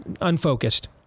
unfocused